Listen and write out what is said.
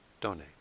donate